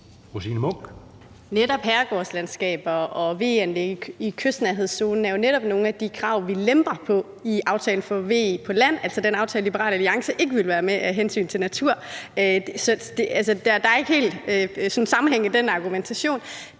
Netop herregårdslandskaber og VE-anlæg i kystnærhedszonen er jo nogle af de områder, hvor vi lemper kravene i aftalen om VE på land, altså den aftale, Liberal Alliance ikke ville være med i af hensyn til naturen. Så altså, der er ikke helt sammenhæng i den argumentation.